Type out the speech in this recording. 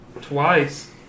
Twice